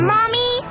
Mommy